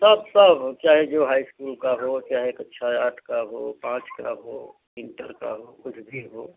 सब सब चाहे जो हाई इस्कूल का हो चाहे कक्षा आठ का हो पाँच का हो इंटर का हो कोई भी हो